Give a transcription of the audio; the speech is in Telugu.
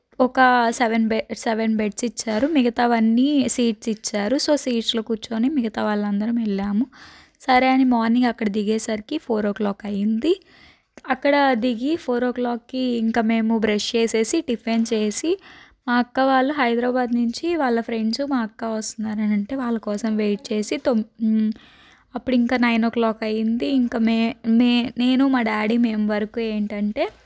ఒక సెవెన్ బె సెవెన్ బెడ్స్ ఇచ్చారు మిగతావన్నీ సీట్స్ ఇచ్చారు సో సీట్స్లో కూర్చొని మిగతా వాళ్లందరము వెళ్ళాము సరే అని మార్నింగ్ అక్కడ దిగేసరికి ఫోర్ ఓ క్లాక్ అయ్యింది అక్కడ దిగి ఫోర్ ఓ క్లాక్కి ఇంక మేము బ్రష్ చేసేసి టిఫిన్ చేసి అక్క వాళ్ళు హైదరాబాద్ నుంచి వాళ్ళ ఫ్రెండ్స్ మా అక్క వస్తున్నారని అంటే వాళ్ళ కోసం వెయిట్ చేసి తొమ్ అప్పుడు ఇంకా నైన్ ఓ క్లాక్ అయింది ఇంక మే మే నేను మా డాడీ మేం వరకు ఏంటంటే